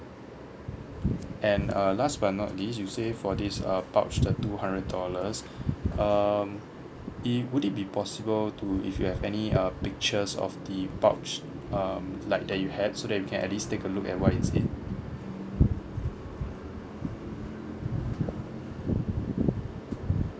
and uh last but not least you say for this uh pouch the two hundred dollars um i~ would it be possible to if you have any uh pictures of the pouch um like that you had so that we can at least take a look at what is it